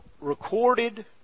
recorded